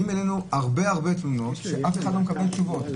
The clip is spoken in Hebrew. מגיעים אלינו הרבה תלונות, אף אחד לא מקבל תשובות.